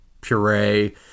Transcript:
puree